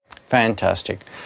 Fantastic